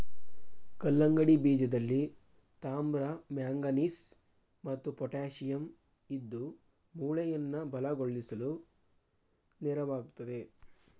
ಕಲ್ಲಂಗಡಿ ಬೀಜದಲ್ಲಿ ತಾಮ್ರ ಮ್ಯಾಂಗನೀಸ್ ಮತ್ತು ಪೊಟ್ಯಾಶಿಯಂ ಇದ್ದು ಮೂಳೆಯನ್ನ ಬಲಗೊಳಿಸ್ಲು ನೆರವಾಗ್ತದೆ